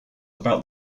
about